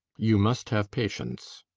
you must have patience.